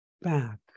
back